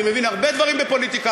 אני מבין הרבה דברים בפוליטיקה,